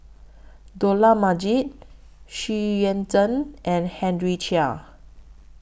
Dollah Majid Xu Yuan Zhen and Henry Chia